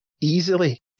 easily